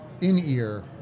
in-ear